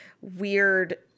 weird